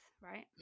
right